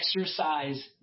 exercise